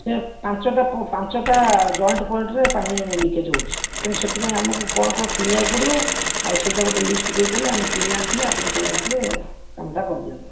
ସେ ପାଞ୍ଚଟା ପାଞ୍ଚଟା ଜଏଣ୍ଟ୍ ପଏଣ୍ଟ୍ ରେ ପାଣି ଲିକେଜ୍ ହେଉଛି ତେଣୁ ସେଥିପାଇଁ ଆମକୁ କ'ଣ କ'ଣ କିଣିବାକୁ ପଡ଼ିବ ଆଉ ସେଇଟା ଗୋଟେ ଲିଷ୍ଟ୍ ଦେଇ ଦେଲେ ଆମେ କିଣି ଆଣିଥିଲେ ଆପଣ ପଳେଇ ଆସିବେ କାମଟା କରିଦିଅନ୍ତେ